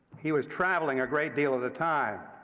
he was traveling a great deal of the time.